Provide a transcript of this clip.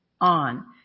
on